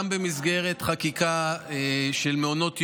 גם במסגרת חקיקה של מעונות יום,